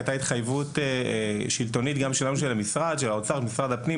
הייתה גם התחייבות שלטונית של משרד האוצר ומשרד הפנים,